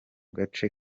gace